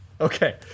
Okay